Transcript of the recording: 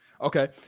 Okay